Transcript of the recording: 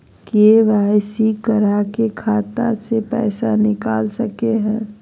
KYC करा के खाता से पैसा निकल सके हय?